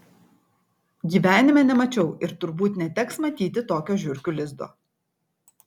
gyvenime nemačiau ir turbūt neteks matyti tokio žiurkių lizdo